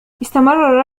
استمر